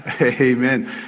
amen